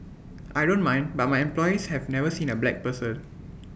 I don't mind but my employees have never seen A black person